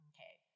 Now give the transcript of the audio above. Okay